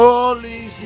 Holy